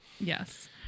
Yes